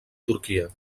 turquia